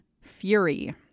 Fury